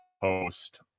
post